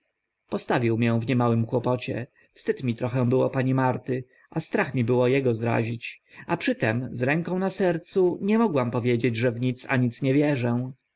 postawił mię w niemałym kłopocie wstyd mi trochę było pani marty a strach mi było ego zrazić a przy tym z ręką na sercu nie mogłam powiedzieć że w nic a nic nie wierzę